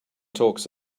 talks